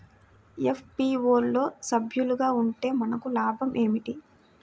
FPO లో సభ్యులుగా ఉంటే మనకు లాభం ఏమిటి?